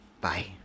Bye